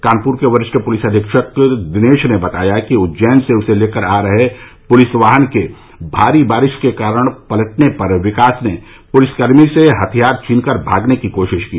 कानपुर के वरिष्ठ पुलिस अधीक्षक दिनेश ने बताया कि उज्जैन से उसे लेकर आ रहे पुलिस वाहन के भारी बारिश के कारण पलटने पर विकास ने पुलिसकर्मी से हथियार छीनकर भागने की कोशिश की